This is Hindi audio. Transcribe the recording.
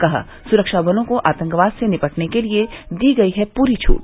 कहा सुरक्षा बलों को आतंकवाद से निपटने के लिए दी गयी है पूरी छूट